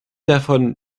davon